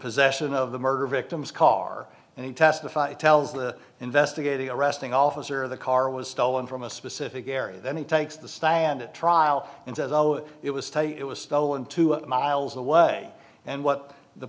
possession of the murder victim's car and he testified he tells the investigating arresting officer the car was stolen from a specific area then he takes the stand at trial and says oh it was tight it was stolen to it miles away and what the